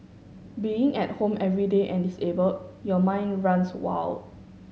being at home every day and disabled your mind runs wild